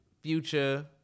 Future